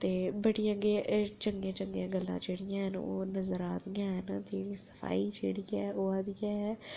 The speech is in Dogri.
ते बड़ियां गै चंगियां चंगियां गल्लां जेह्ड़ियां हैन ओह् नजर आ दियां हैन जेह्डियां सफाई जेह्ड़ी ऐ ओह'आदी ऐ